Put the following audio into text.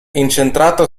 incentrato